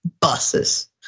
buses